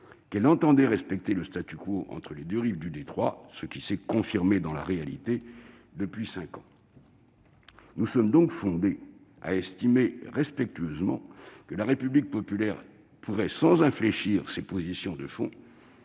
qu'elle entendait respecter le entre les deux rives du détroit, ce qui se confirme dans les faits depuis cinq ans. Nous sommes donc fondés à estimer respectueusement que la République populaire de Chine pourrait, sans infléchir ses positions de fond,